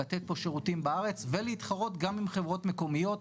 לתת פה שירותים בארץ ולהתחרות גם עם חברות מקומיות,